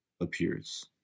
appears